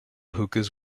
hookahs